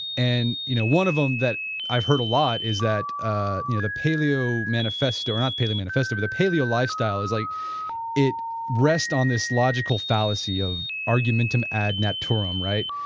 and, you know, one of them that i've heard a lot is that, you ah know, the paleo manifesto, not paleo manifesto, but the paleo lifestyle is like it rest on this logical fallacy of argumentum ad naturam, right,